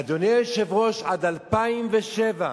אדוני היושב-ראש, עד 2007,